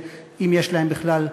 אם יש להם בכלל,